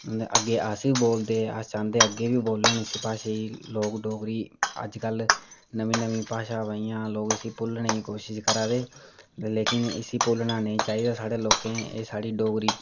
अग्गें अस बी बोलदे अस चाहंदे अग्गें बी बोलन इसी भाशा गी लोक डोगरी अज्जकल नमीं नमीं भाशां आवा दियां लोक इसी भुल्लने दी कोशिश करा दे लोकिन इसी भुल्लना नेईं चाहिदा साढ़े लोकें इक्क साढ़ी डोगरी